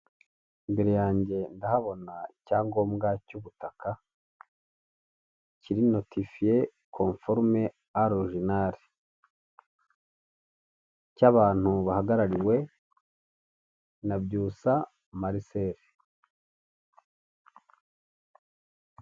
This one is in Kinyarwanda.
Imbere yanjye ndahabona icyangombwa cy'ubutaka, kiri notifiye komforume arojinali, cy'abantu bahagarariwe na Byusa Mariseli.